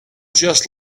just